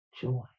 joy